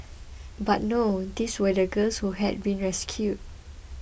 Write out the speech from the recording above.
but no these were the girls who had been rescued